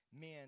men